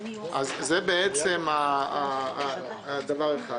זה בעצם דבר אחד.